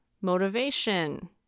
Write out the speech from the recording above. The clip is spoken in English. motivation